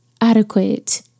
adequate